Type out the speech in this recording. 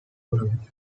tournament